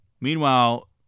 Meanwhile